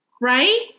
right